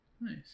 nice